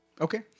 Okay